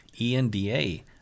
E-N-D-A